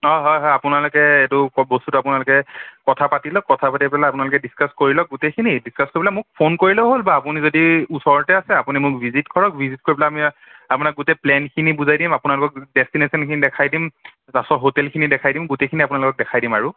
অ' হয় হয় আপোনালোকে এইটো বস্তুটো আপোনালোকে কথা পাতি লওক কথা পাতি পেলাই আপোনালোকে ডিছকাছ কৰি লওক গোটেইখিনি ডিছকাছ কৰি পেলাই মোক ফোন কৰিলে হ'ল বা আপুনি যদি ওচৰতে আছে আপুনি মোক ভিজিত কৰক ভিজিত কৰি পেলাই আমি আপোনাক গোটেই প্লেনখিনি বুজাই দিম আপোনালোকক ডেষ্টিনেশ্যনখিনি দেখাই দিম তাৰপাছত হোটেলখিনি দেখাই দিম গোটেইখিনি আপোনালোকক দেখাই দিম আৰু